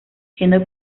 siendo